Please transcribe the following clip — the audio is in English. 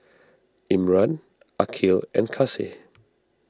Imran Aqil and Kasih